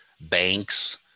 banks